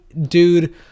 dude